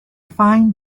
find